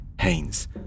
Haynes